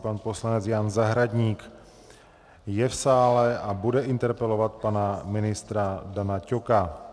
Pan poslanec Jan Zahradník je v sále a bude interpelovat pana ministra Dana Ťoka.